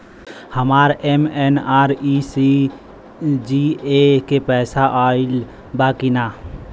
हमार एम.एन.आर.ई.जी.ए के पैसा आइल बा कि ना?